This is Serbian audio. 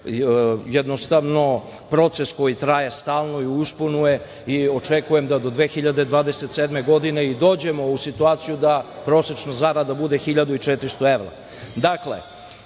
je to proces koji traje stalno i u usponu je. Očekujem da do 2027. godine dođemo u situaciju da prosečna zarada bude 1.400